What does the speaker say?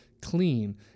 clean